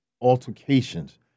altercations